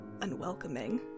unwelcoming